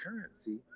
currency